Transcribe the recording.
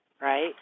right